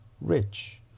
rich